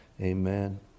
Amen